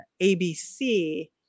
abc